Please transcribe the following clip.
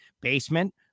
Basement